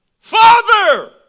Father